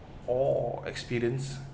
awe experience